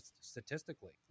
statistically